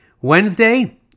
Wednesday